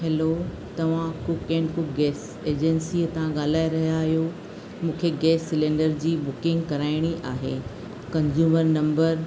hello तव्हां cook and cook gas एजेन्सीअ तां ॻाल्हाए रहिया आहियो मूंखे गैस सलेंडर जी बुकिंग कराइणी आहे कंज़्यूमर नम्बर